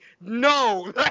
No